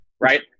Right